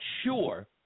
sure